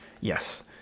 yes